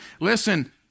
listen